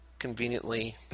Conveniently